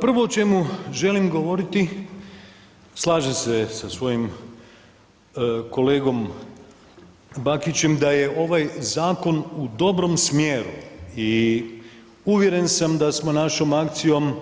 Prvo ćemo, želim govoriti, slažem se sa svojim kolegom Bakićem da je ovaj zakon u dobrom smjeru i uvjeren sam da smo našom akcijom